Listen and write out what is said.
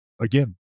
again